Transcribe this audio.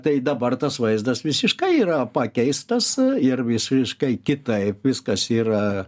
tai dabar tas vaizdas visiškai yra pakeistas ir visiškai kitaip viskas yra